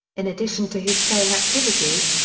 in addition to his playing activities,